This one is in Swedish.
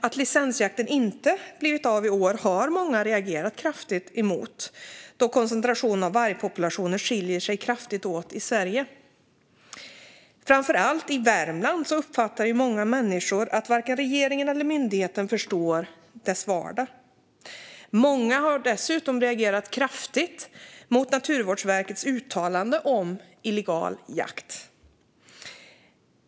Att licensjakten inte blivit av i år har många reagerat kraftigt emot, då koncentrationen av vargpopulationer skiljer sig kraftigt åt i Sverige. Framför allt i Värmland uppfattar många människor att varken regeringen eller myndigheten förstår deras vardag. Många har dessutom reagerat kraftigt mot Naturvårdsverkets uttalande om illegal jakt.